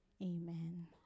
amen